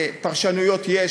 פרשנויות יש,